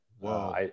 Wow